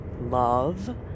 love